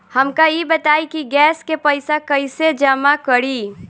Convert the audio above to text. हमका ई बताई कि गैस के पइसा कईसे जमा करी?